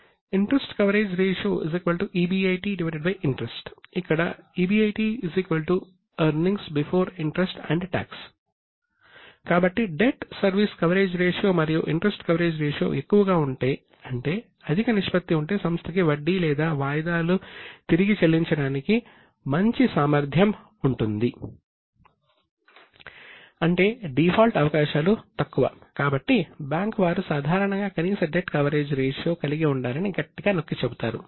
EBIT interest coverage ratio interest ఇక్కడ EBIT earnings before interest and tax కాబట్టి debt service coverage ratio కలిగి ఉండాలని గట్టిగా నొక్కి చెబుతారు